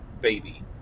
baby